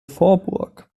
vorburg